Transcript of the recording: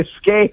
escape